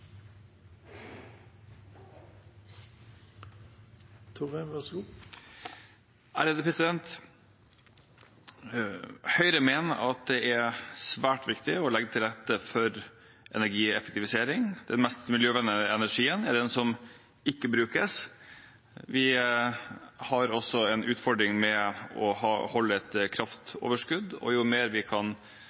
Høyre mener at det er svært viktig å legge til rette for energieffektivisering. Den mest miljøvennlige energien er den som ikke brukes. Vi har også en utfordring med å holde et kraftoverskudd, og jo mer vi faktisk kan